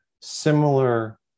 similar